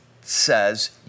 says